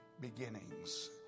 beginnings